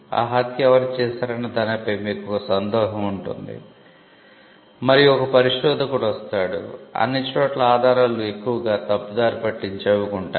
ఆ హత్య ఎవరు చేశారనే దానిపై మీకొక సందేహం ఉంది మరియు ఒక పరిశోధకుడు వస్తాడు మరియు అన్ని చోట్ల ఆధారాలు ఎక్కువగా తప్పుదారి పట్టించేవి ఉంటాయి